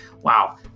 wow